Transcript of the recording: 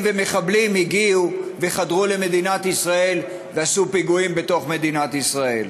ומחבלים הגיעו וחדרו למדינת ישראל ועשו פיגועים בתוך מדינת ישראל.